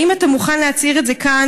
האם אתה מוכן להצהיר את זה כאן,